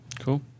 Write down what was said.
Cool